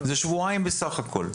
זה שבועיים בסך הכול.